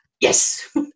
Yes